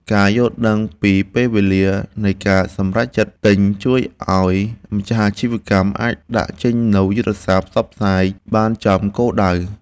ការយល់ដឹងពីពេលវេលានៃការសម្រេចចិត្តទិញជួយឱ្យម្ចាស់អាជីវកម្មអាចដាក់ចេញនូវយុទ្ធសាស្ត្រផ្សព្វផ្សាយបានចំគោលដៅ។